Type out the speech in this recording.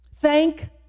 Thank